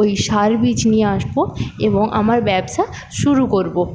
ওই সার বীজ নিয়ে আসবো এবং আমার ব্যবসা শুরু করব